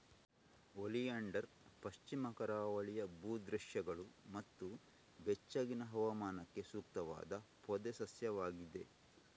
oleander ಪಶ್ಚಿಮ ಕರಾವಳಿಯ ಭೂ ದೃಶ್ಯಗಳು ಮತ್ತು ಬೆಚ್ಚಗಿನ ಹವಾಮಾನಕ್ಕೆ ಸೂಕ್ತವಾದ ಪೊದೆ ಸಸ್ಯವಾಗಿದೆ